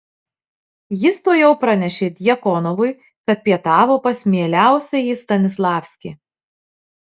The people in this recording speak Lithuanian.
jis tuojau pranešė djakonovui kad pietavo pas mieliausiąjį stanislavskį